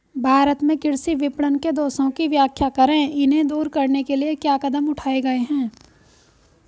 भारत में कृषि विपणन के दोषों की व्याख्या करें इन्हें दूर करने के लिए क्या कदम उठाए गए हैं?